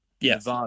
Yes